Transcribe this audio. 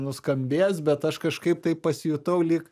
nuskambės bet aš kažkaip taip pasijutau lyg